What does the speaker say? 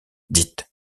dites